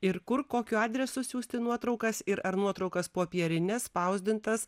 ir kur kokiu adresu siųsti nuotraukas ir ar nuotraukas popierines spausdintas